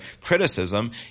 criticism